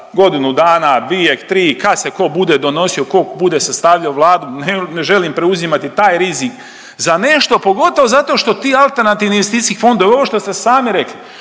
godinu dana, dvije, tri, kad se ko bude donosio, ko bude sastavljao Vladu, ne želim preuzimati taj rizik za nešto pogotovo zato što ti alternativni investicijski fondovi ovo što ste sami rekli